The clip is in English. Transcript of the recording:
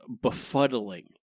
befuddling